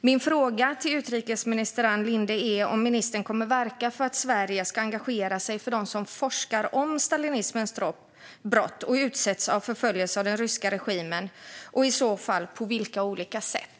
Min fråga till utrikesminister Ann Linde är: Kommer ministern att verka för att Sverige ska engagera sig för dem som forskar om stalinismens brott och som utsätts för förföljelse av den ryska regimen och i så fall på vilka olika sätt?